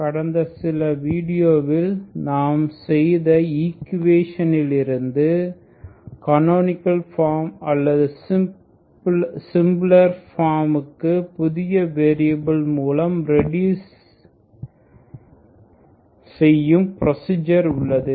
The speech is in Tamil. கடந்த சில வீடியோவில் நாம் செய்த ஈக்குவேஷன் இலிருந்து கனோனிகல் ஃபார்ம் அல்லது சிம்பிளர் ஃபார்ம்க்கு புதிய வேரியபில் மூலம் ரெடுஸ் செய்யும் ப்ரோசீஜர் உள்ளது